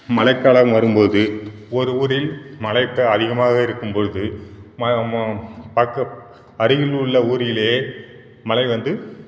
மலை காலம் வரும் போது ஒரு ஊரில் மலை இப்போ அதிகமாக இருக்கும் பொழுது ம மு பக்க அருகில் உள்ள ஊரில் மலை வந்து